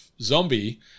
zombie